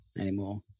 anymore